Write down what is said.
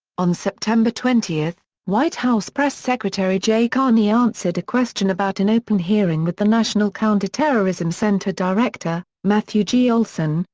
on september twenty, white house press secretary jay carney answered a question about an open hearing with the national counterterrorism center director, matthew g. olsen,